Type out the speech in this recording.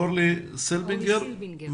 אורלי סילבינגר,